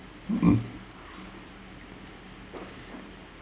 mm